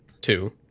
two